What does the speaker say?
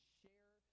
share